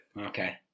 Okay